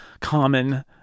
common